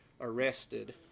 arrested